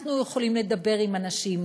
אנחנו יכולים לדבר עם אנשים,